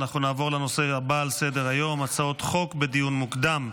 נעבור לנושא הבא על סדר-היום: הצעות חוק בדיון מוקדם.